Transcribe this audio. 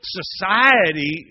society